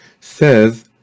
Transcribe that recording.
says